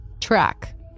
Track